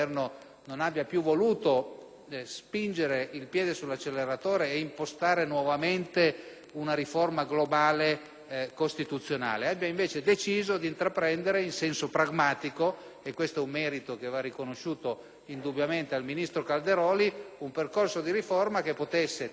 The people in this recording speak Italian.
spingere il piede sull'acceleratore ed impostare nuovamente una riforma globale costituzionale decidendo piuttosto di intraprendere in senso pragmatico - un merito che va riconosciuto indubbiamente al ministro Calderoli - un percorsodi riforma che potesse trovare una convergenza